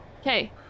Okay